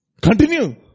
continue